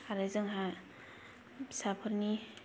आरो जोंहा फिसा फोरनि